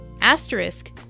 Asterisk